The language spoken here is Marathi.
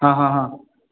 हां हां हां